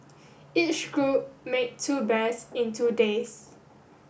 each group made two bears in two days